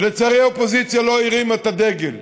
ולצערי האופוזיציה לא הרימה את הדגל: